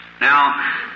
Now